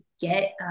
get